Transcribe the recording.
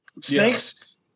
Snakes